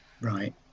Right